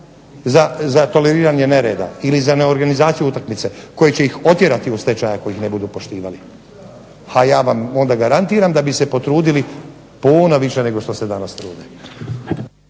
za toleriranje nereda ili za neorganizaciju utakmice koje će ih otjerati u stečaj ako ih ne budu poštivali. A ja vam onda garantiram da bi se potrudili puno više nego što se danas trude.